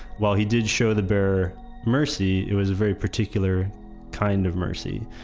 while he did show the bear mercy, it was a very particular kind of mercy.